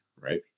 right